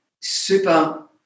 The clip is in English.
super